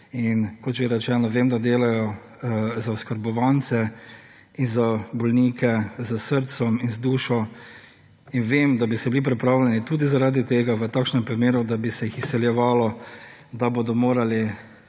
in, kot že rečeno, vem, da delajo za oskrbovance in za bolnike z srcem in z dušo in vem, da bi se bili pripravljeni tudi zaradi tega, v takšnem primeru, da bi se jih izsiljevalo, da bodo morali,